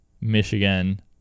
michigan